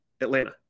Atlanta